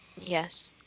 Yes